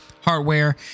Hardware